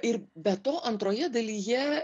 ir be to antroje dalyje